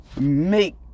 make